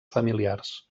familiars